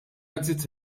exit